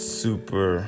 super